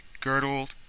girdled